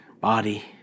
body